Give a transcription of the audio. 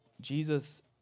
Jesus